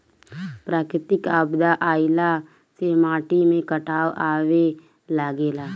प्राकृतिक आपदा आइला से माटी में कटाव आवे लागेला